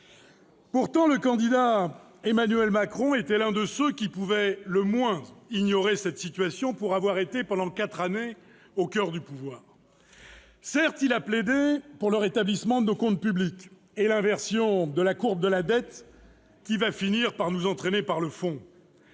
Pourtant, le candidat Emmanuel Macron était l'un de ceux qui pouvaient le moins ignorer cette situation, pour avoir été, pendant quatre années, au coeur du pouvoir. Certes, il a plaidé pour le rétablissement de nos comptes publics et l'inversion de la courbe de la dette, qui va finir par nous entraîner par le fond.